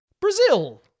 Brazil